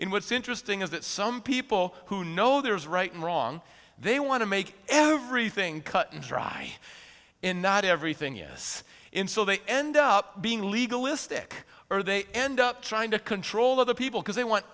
in what's interesting is that some people who know there is right and wrong they want to make everything cut and dry in not everything is in so they end up being legal istic or they end up trying to control other people because they want